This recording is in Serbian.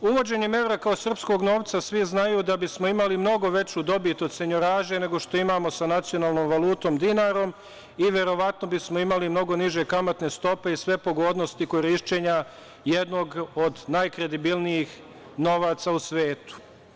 Uvođenjem evra kao srpskog novca svi znaju da bismo imali mnogo veću dobit, nego što imamo sa nacionalnom valutom dinarom i verovatno bismo imali mnogo niže kamatne stope i sve pogodnosti korišćenja jednog od najkredibilnijih novaca u svetu.